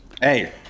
Hey